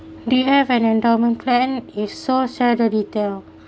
do you have an endowment plan if so share the detail